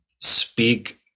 speak